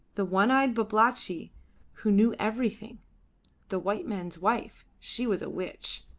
the one-eyed babalatchi who knew everything the white man's wife she was a witch.